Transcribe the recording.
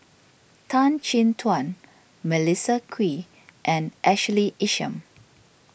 Tan Chin Tuan Melissa Kwee and Ashley Isham